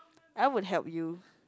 I would help you